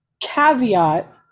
Caveat